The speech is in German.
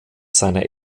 seiner